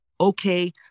Okay